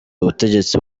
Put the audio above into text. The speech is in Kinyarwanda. ubutegetsi